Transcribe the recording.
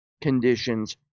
conditions